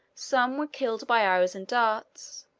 some were killed by arrows and darts,